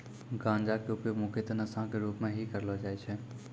गांजा के उपयोग मुख्यतः नशा के रूप में हीं करलो जाय छै